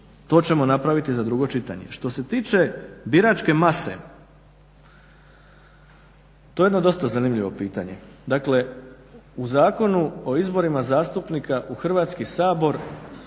to ćemo napraviti za drugo čitanje. Što se tiče biračke mase, to je jedno dosta zanimljivo pitanje. Dakle, u Zakonu o izborima zastupnika u Hrvatski sabor